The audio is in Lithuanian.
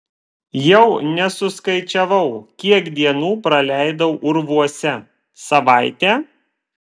jau nesuskaičiavau kiek dienų praleidau urvuose savaitę